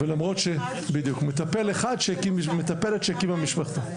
למרות שזה מטפלת שהקימה משפחתון.